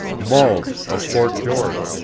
mault of fort george,